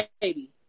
baby